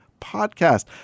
podcast